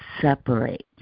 separate